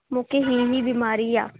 मूंखे हीअ बि बीमारी आहे